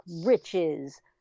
riches